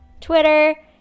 twitter